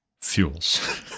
fuels